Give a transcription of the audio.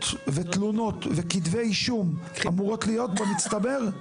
ותלונות וכתבי אישום אמורות להיות במצטבר?